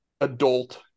adult